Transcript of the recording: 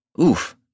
Oof